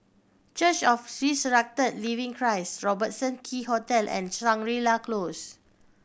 church of the Resurrected Living Christ Robertson Quay Hotel and Shangri La Close